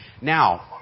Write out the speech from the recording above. Now